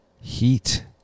heat